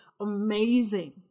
amazing